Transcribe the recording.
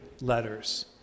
letters